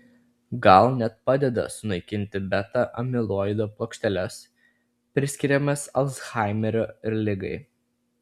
gal net padeda sunaikinti beta amiloido plokšteles priskiriamas alzhaimerio ligai